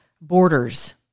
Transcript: borders